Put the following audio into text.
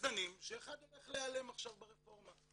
זנים שאחד הולך להיעלם עכשיו ברפורמה.